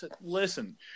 Listen